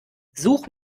such